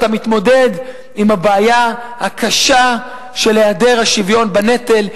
מתמודד עם הבעיה הקשה של היעדר שוויון בנטל,